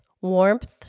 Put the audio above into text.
warmth